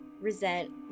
resent